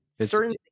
certain